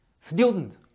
students